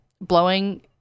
Blowing